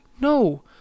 no